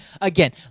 again